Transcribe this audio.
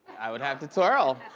i would have to twirl.